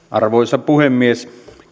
arvoisa puhemies